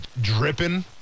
dripping